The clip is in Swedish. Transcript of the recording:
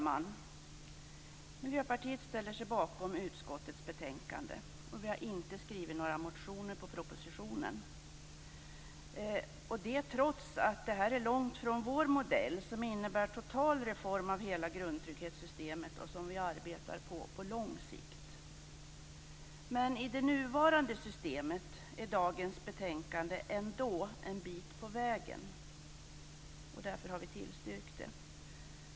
Miljöpartiet ställer sig bakom utskottets betänkande. Vi har inte skrivit några motioner med anledning av propositionen trots att förslaget är långt från vår modell, som innebär total reform av hela grundtrygghetssystemet. Det arbetar vi för på lång sikt. Men i det nuvarande systemet är dagens betänkande ändå en bit på vägen, och därför har vi tillstyrkt det.